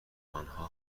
آنها